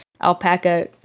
alpaca